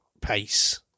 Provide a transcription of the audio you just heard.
pace